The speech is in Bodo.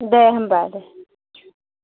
दे होमबा दे